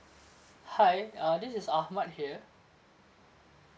hi uh this is ahmad here